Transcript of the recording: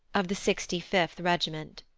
of the sixty fifth regiment.